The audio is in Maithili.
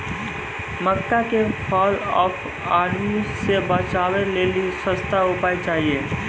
मक्का के फॉल ऑफ आर्मी से बचाबै लेली सस्ता उपाय चाहिए?